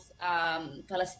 Palestine